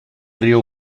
río